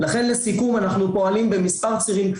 לכן לסיכום אנחנו פועלים במספר צירים,